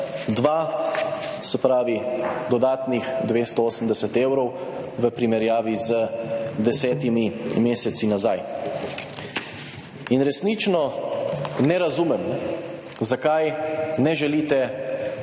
dva, se pravi dodatnih 280 evrov, v primerjavi z desetimi meseci nazaj. In resnično ne razumem, zakaj ne želite